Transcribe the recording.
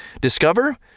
Discover